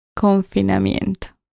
confinamiento